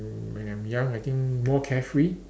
when I'm young I think more carefree